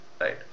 right